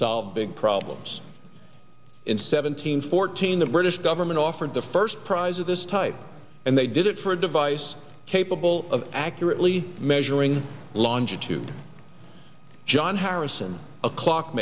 solve big problems in seventeen fourteen the british government offered the first prize of this type and they did it for a device capable of accurately measuring longitude john harrison a clock